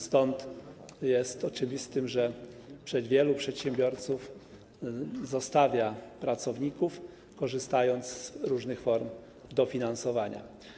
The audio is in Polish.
Stąd jest oczywiste, że wielu przedsiębiorców zostawia pracowników, korzystając z różnych form dofinansowania.